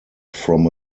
from